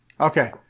Okay